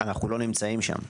אנחנו לא נמצאים שם.